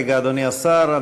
אדוני השר,